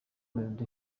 melody